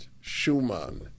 Schumann